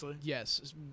yes